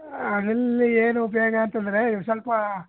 ಇಲ್ಲಿ ಏನು ಬೇಗ ಅಂತಂದರೆ ಇಲ್ಲಿ ಸ್ವಲ್ಪ